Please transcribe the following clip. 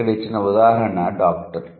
ఇక్కడ ఇచ్చిన ఉదాహరణ డాక్టర్